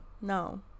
no